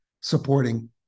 supporting